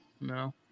No